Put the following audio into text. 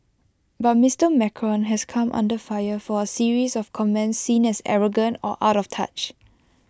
but Mister Macron has come under fire for A series of comments seen as arrogant or out of touch